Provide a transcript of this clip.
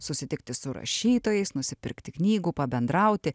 susitikti su rašytojais nusipirkti knygų pabendrauti